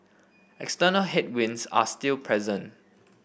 external headwinds are still present